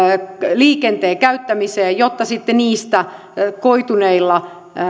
liikenteen käyttämiseen jotta sitten niistä koituneilla